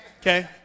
Okay